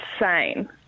insane